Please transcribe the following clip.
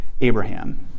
Abraham